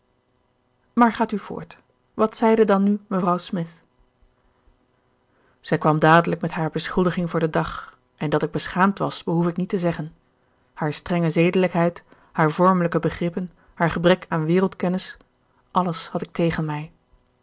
maar gaat u voort wat zeide dan nu mevrouw smith zij kwam dadelijk met hare beschuldiging voor den dag en dat ik beschaamd was behoef ik niet te zeggen haar strenge zedelijkheid haar vormelijke begrippen haar gebrek aan wereldkennis alles had ik tegen mij